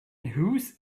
whose